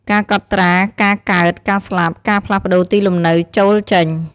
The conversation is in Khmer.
ការកត់ត្រាការកើត ការស្លាប់ ការផ្លាស់ប្តូរទីលំនៅចូល-ចេញ។